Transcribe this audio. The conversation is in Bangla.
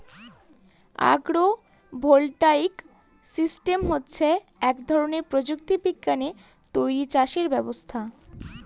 আগ্র ভোল্টাইক সিস্টেম হচ্ছে এক ধরনের প্রযুক্তি বিজ্ঞানে তৈরী চাষের ব্যবস্থা